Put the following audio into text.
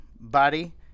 Body